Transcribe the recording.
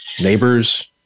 neighbors